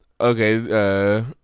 Okay